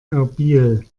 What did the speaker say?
erbil